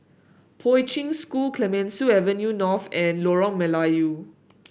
Poi Ching School Clemenceau Avenue North and Lorong Melayu